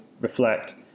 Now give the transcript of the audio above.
reflect